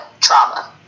trauma